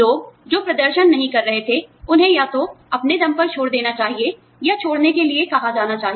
लोग जो प्रदर्शन नहीं कर रहे थे उन्हें या तो अपने दम पर छोड़ देना चाहिए या छोड़ने के लिए कहा जाना चाहिए